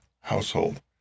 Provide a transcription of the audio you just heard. household